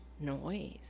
noise